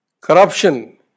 Corruption